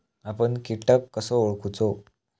आपन कीटक कसो ओळखूचो?